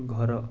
ଘର